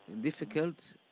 difficult